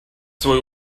свой